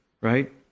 right